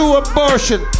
abortion